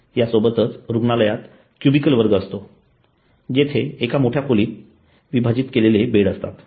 यासोबतच रुग्णालयात क्यूबिकल वर्ग असतो जेथे एका मोठ्या खोलीत विभाजित केलेले बेड असतात